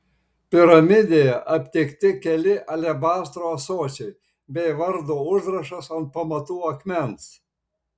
piramidėje aptikti keli alebastro ąsočiai bei vardo užrašas ant pamatų akmens